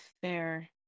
fair